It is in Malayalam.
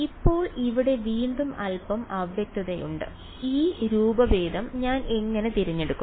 ഇപ്പോൾ ഇവിടെ വീണ്ടും അൽപ്പം അവ്യക്തതയുണ്ട് ഈ രൂപഭേദം ഞാൻ എങ്ങനെ തിരഞ്ഞെടുക്കും